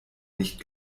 nicht